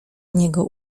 niego